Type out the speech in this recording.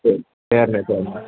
சரி சரிண்ணே சரிண்ணே